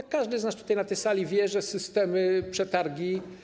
Każdy z nas tutaj na tej sali wie, że systemy, przetargi.